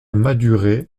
madurai